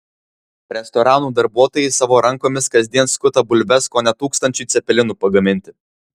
restoranų darbuotojai savo rankomis kasdien skuta bulves kone tūkstančiui cepelinų pagaminti